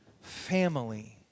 family